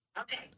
Okay